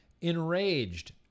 enraged